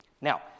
Now